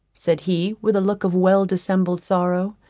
said he, with a look of well-dissembled sorrow.